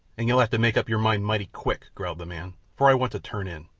and you'll have to make up your mind mighty quick, growled the man, for i want to turn in.